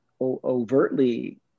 overtly